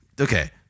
Okay